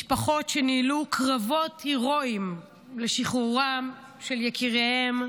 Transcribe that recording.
משפחות שניהלו קרבות הרואיים לשחרורם של יקיריהם,